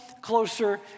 closer